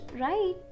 right